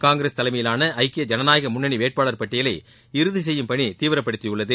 காங்கிரஸ் தலைமையிலான ஐக்கிய ஜனநாயக முன்னனி வேட்பாளர் பட்டியலை இறுதி செய்யும் பணியை தீவிரப்படுத்தியுள்ளது